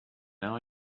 now